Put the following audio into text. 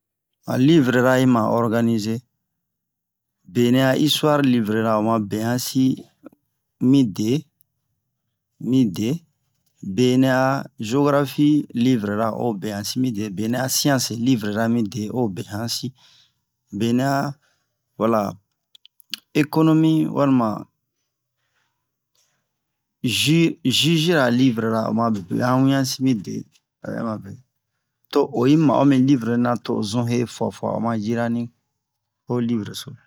an livrera yi ma organiser benɛ a histoire livrura oma behan si mide benɛ a geografi livrera o behan si de benɛ a sianse livrera mi de o behan si benɛ a voila ekonomi walima jijira livrera oma behan wian si mide o bɛ mamoube to oyi ma'o mi livre nɛ na to zun ye fua fua oma djira ni'o livre so